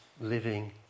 living